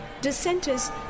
Dissenters